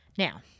Now